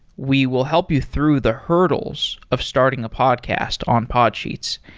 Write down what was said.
we will help you through the hurdles of starting a podcast on podsheets.